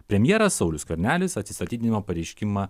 premjeras saulius skvernelis atsistatydinimo pareiškimą